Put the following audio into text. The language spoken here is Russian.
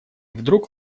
вдруг